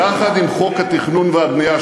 יחד עם חוק התכנון והבנייה,